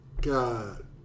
God